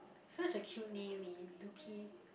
such a cute name eh Doki